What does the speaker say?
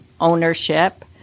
ownership